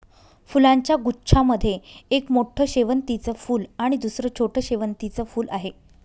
फुलांच्या गुच्छा मध्ये एक मोठं शेवंतीचं फूल आणि दुसर छोटं शेवंतीचं फुल आहे